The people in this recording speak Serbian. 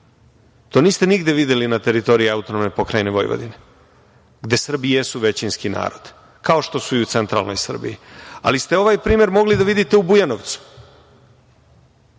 niste nigde videli na teritoriji AP Vojvodine gde Srbi jesu većinski narod, kao što su i u centralnoj Srbiji, ali ste ovaj primer mogli da vidite u Bujanovcu.U